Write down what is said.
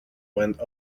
went